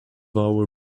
our